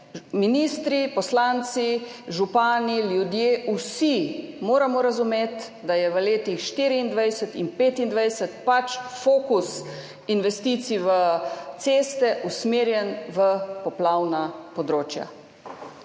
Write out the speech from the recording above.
ministri, poslanci, župani, ljudje, vsi moramo razumeti, da je v letih 2024 in 2025 pač fokus investicij v ceste usmerjen v poplavna področja.